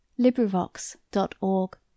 LibriVox.org